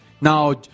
Now